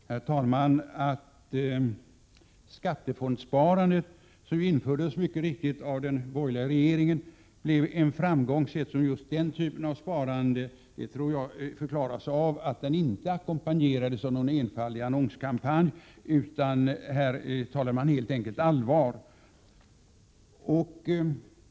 Herr talman! Att skattefondssparandet, som mycket riktigt infördes av den borgerliga regeringen, blev en framgång tror jag att man kan förklara med att det inte ackompanjerades av någon enfaldig annonskampanj, utan man talade i stället allvar.